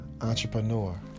entrepreneur